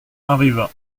arriva